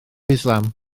islam